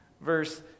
Verse